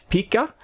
Pika